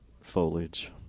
foliage